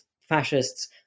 fascists